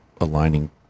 aligning